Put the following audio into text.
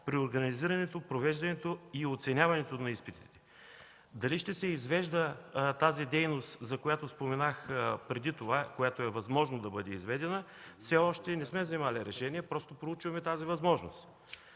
при организирането, провеждането и оценяването на изпитите. Дали ще се извежда тази дейност, която споменах преди това, която е възможно да бъде изведена, все още не сме взели решение, просто проучваме тази възможност.